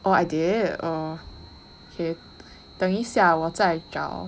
oh I did oh okay 等一下我在找